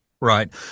Right